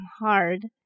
hard